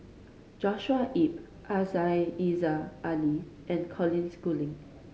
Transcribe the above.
Joshua Ip Aziza Ali and Colin Schooling